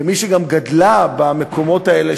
כמי שגדלה במקומות האלה,